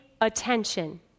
attention